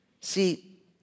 See